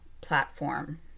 platform